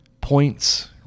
points